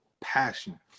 passion